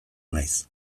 naiz